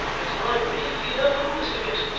it's my belief he'd have the worst of it.